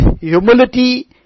humility